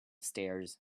stairs